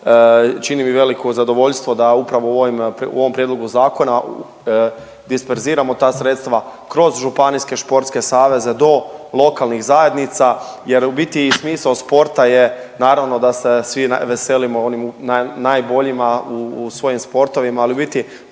čini mi veliko zadovoljstvo da upravo u ovom prijedlogu zakona disperziramo ta sredstva kroz županijske sportske saveze do lokalnih zajednica jer u biti smisao sporta je naravno da se svi veselimo onim najboljima u svojim sportovima, ali u biti